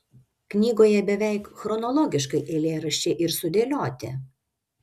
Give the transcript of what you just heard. knygoje beveik chronologiškai eilėraščiai ir sudėlioti